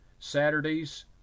Saturdays